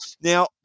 Now